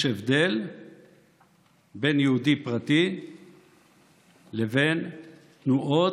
יש הבדל בין יהודי פרטי לבין תנועות,